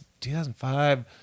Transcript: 2005